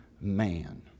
man